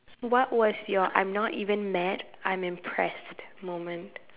what was your I'm not even mad I'm impressed moment